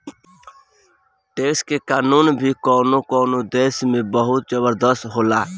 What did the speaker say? tax के कानून भी कवनो कवनो देश में बहुत जबरदस्त होला